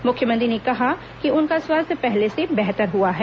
मुख्यमंत्री ने कहा कि उनका स्वास्थ्य पहले से बेहतर हुआ है